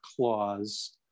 clause